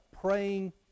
praying